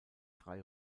drei